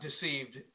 deceived